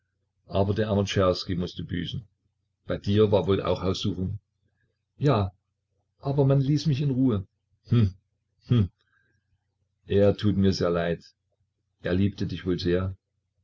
aber der arme czerski mußte büßen bei dir war wohl auch haussuchung ja aber man ließ mich in ruhe hm hm er tut mir sehr leid er liebte dich wohl sehr